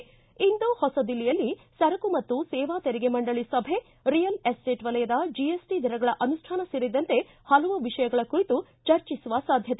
ಿ ಇಂದು ಹೊಸ ದಿಲ್ಲಿಯಲ್ಲಿ ಸರಕು ಮತ್ತು ಸೇವಾ ತೆರಿಗೆ ಮಂಡಳಿ ಸಭೆ ರಿಯಲ್ ಎಸ್ಟೇಟ್ ವಲಯದ ಜಿಎಸ್ಟಿ ದರಗಳ ಅನುಷ್ಠಾನ ಸೇರಿದಂತೆ ಹಲವು ವಿಷಯಗಳ ಕುರಿತು ಚರ್ಚಿಸುವ ಸಾಧ್ಯತೆ